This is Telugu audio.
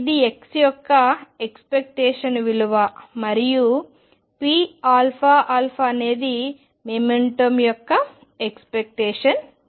ఇది x యొక్క ఎక్స్పెక్టేషన్ విలువ మరియు pαα అనేది మొమెంటం యొక్క ఎక్స్పెక్టేషన్ విలువ